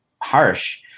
harsh